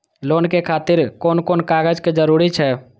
Loan के खातिर कोन कोन कागज के जरूरी छै?